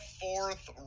fourth